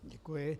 Děkuji.